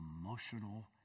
emotional